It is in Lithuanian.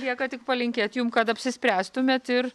lieka tik palinkėt jum kad apsispręstumėt ir